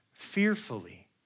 fearfully